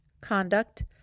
conduct